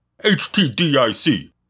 HTDIC